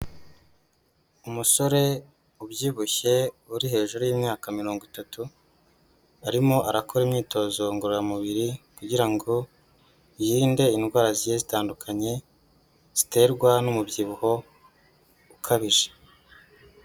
Umusore ubyibushye uri hejuru y'imyaka mirongo itatu, arimo arakora imyitozo ngororamubiri kugira ngo yirinde indwara zigiye zitandukanye ziterwa n'umubyibuho ukabije.